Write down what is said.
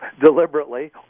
deliberately